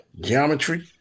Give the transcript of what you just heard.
Geometry